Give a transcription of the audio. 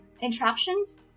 interactions